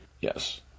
Yes